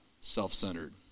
Self-centered